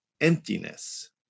emptiness